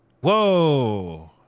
whoa